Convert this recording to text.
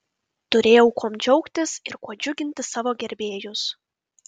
turėjau kuom džiaugtis ir kuo džiuginti savo gerbėjus